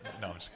No